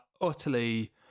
utterly